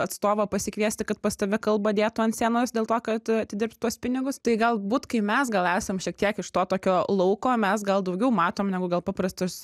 atstovą pasikviesti kad pas tave kalbą dėtų ant scenos dėl to kad atidirbt tuos pinigus tai galbūt kai mes gal esame šiek tiek iš to tokio lauko mes gal daugiau matom negu gal paprastas